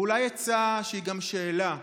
ואולי עצה שהיא גם שאלה: